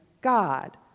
God